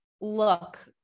look